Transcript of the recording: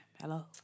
Hello